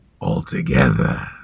altogether